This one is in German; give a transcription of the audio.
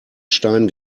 stein